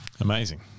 Amazing